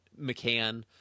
McCann